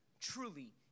truly